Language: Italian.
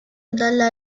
dalla